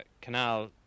canal